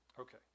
Okay